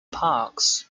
parks